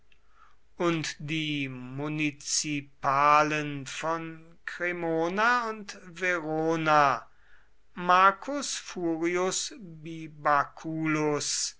und die munizipalen von cremona und verona marcus furius